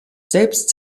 selbst